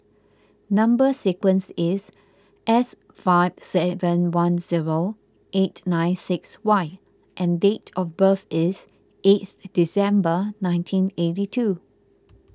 Number Sequence is S five seven one zero eight nine six Y and date of birth is eight December nineteen eighty two